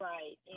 Right